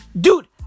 Dude